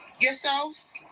yourselves